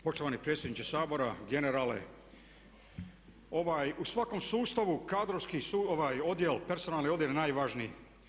Poštovani predsjedniče Sabora, generale ovaj u svakom sustavu kadrovski odjel, personalni odjel je najvažniji.